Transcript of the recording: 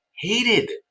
hated